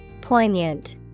Poignant